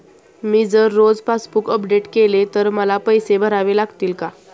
मी जर रोज passbook update केले तर मला पैसे भरावे लागतील का?